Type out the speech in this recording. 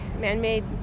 man-made